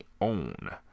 own